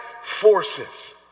forces